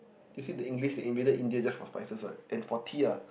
you see the English they invaded India just for spices [what] and for tea ah